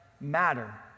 matter